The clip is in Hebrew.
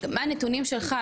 מה הנתונים שלך,